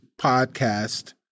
podcast